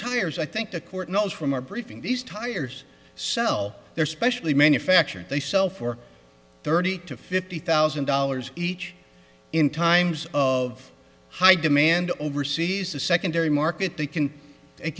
tires i think the court knows from our briefing these tires sell they're specially manufactured they sell for thirty to fifty thousand dollars each in times of high demand overseas a secondary market they can